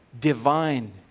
Divine